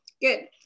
good